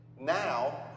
Now